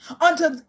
unto